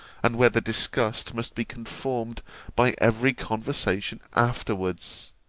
and where the disgust must be confirmed by every conversation afterwards?